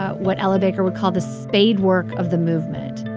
what ella baker would call the spade work of the movement,